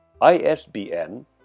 ISBN